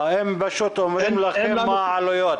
הם פשוט אומרים להם מה העלויות.